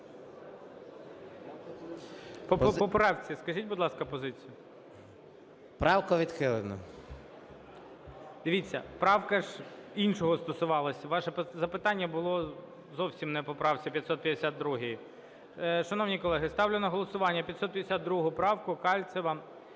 По правці скажіть, будь ласка, позиція. СОЛЬСЬКИЙ М.Т. Правку відхилено. ГОЛОВУЮЧИЙ. Дивіться, правка ж іншого стосувалась. Ваше запитання було зовсім не по правці 552. Шановні колеги, ставлю на голосування 552 правку Кальцева.